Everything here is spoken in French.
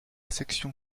section